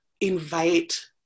invite